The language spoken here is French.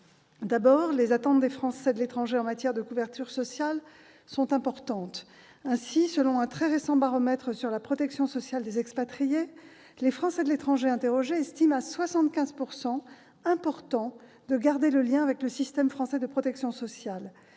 D'abord, les attentes des Français de l'étranger en matière de couverture sociale sont importantes. Ainsi, selon un très récent baromètre sur la protection sociale des expatriés, 75 % des Français de l'étranger interrogés jugent important de garder le lien avec le système français de protection sociale,